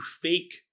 fake